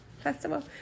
festival